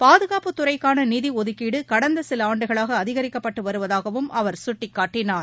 பாதுகாப்புத்துறைக்கான நிதி ஒதுக்கீடு கடந்த சில ஆண்டுகளாக அதிகரிக்கப்பட்டு வருவதாகவும் அவர் சுட்டிக்காட்டினார்